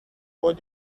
what